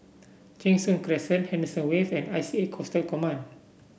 Cheng Soon Crescent Henderson Wave and I C A Coastal Command